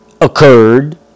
occurred